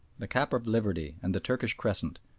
the cap of liberty and the turkish crescent,